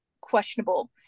questionable